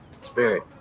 Spirit